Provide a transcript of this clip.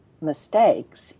mistakes